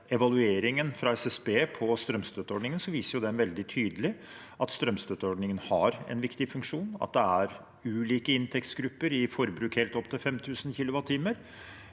evalueringen fra SSB av strømstøtteordningen, viser den veldig tydelig at strømstøtteordningen har en viktig funksjon, og at det er ulike inntektsgrupper i forbruk helt opp til 5 000 kWh.